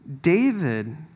David